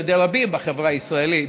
על ידי רבים בחברה הישראלית,